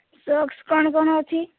sauce କ'ଣ କ'ଣ ଅଛି